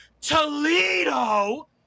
Toledo